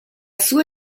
sua